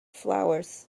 flowers